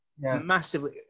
massively